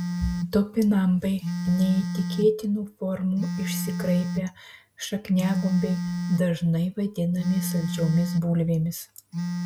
topinambai neįtikėtinų formų išsikraipę šakniagumbiai dažnai vadinami saldžiomis bulvėmis